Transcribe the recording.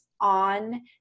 on